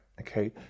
okay